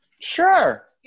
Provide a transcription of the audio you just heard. Sure